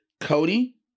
Cody